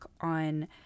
on